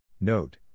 Note